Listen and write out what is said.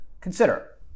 consider